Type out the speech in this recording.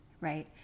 right